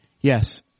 Yes